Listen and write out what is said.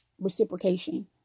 reciprocation